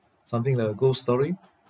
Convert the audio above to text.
something like a ghost story